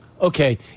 okay